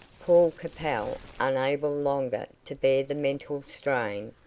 paul capel, unable longer to bear the mental strain,